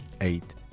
eight